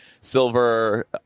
silver